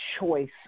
choice